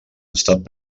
estat